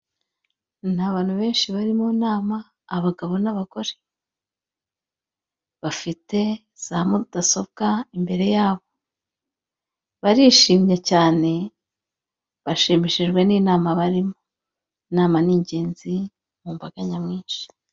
Ni abantu benshi bari mu nama abagabo n'abagore, bafite za mudasobwa imbere yabo barishimye cyane, bashimishijwe n'inama barimo. Inama ni ingenzi mu mbaga nyamwinshi.